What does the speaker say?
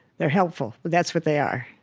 they're helpful. but that's what they are.